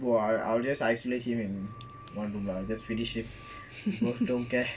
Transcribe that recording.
!wah! I will just isolate him in one room lah just finish him don't care